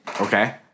Okay